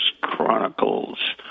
Chronicles